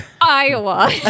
Iowa